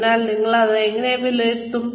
അതിനാൽ നിങ്ങൾ ഇത് എങ്ങനെ വിലയിരുത്തും